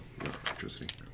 electricity